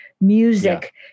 music